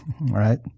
right